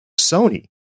sony